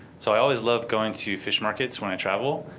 so i always love going to fish markets when i travel.